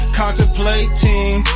contemplating